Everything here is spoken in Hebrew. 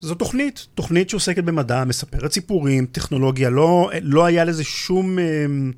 זו תוכנית, תוכנית שעוסקת במדע, מספרת סיפורים, טכנולוגיה, לא היה לזה שום...